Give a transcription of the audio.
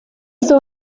saw